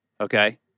okay